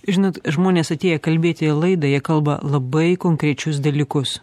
žinot žmonės atėję kalbėti į laidą jie kalba labai konkrečius dalykus